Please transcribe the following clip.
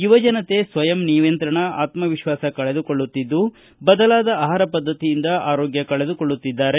ಯುವಜನತೆ ಸ್ವಯಂ ನಿಯಂತ್ರಣ ಆತ್ಮವಿಶ್ವಾಸ ಕಳೆದುಕೊಳ್ಳುತ್ತಿದ್ದು ಬದಲಾದ ಆಹಾರ ಪದ್ವತಿಯಿಂದ ಆರೋಗ್ಯ ಕಳೆದುಕೊಳ್ಳುತ್ತಿದ್ದಾರೆ